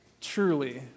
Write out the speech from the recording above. truly